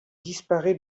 disparaît